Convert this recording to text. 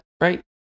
right